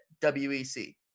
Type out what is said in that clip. WEC